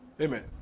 Amen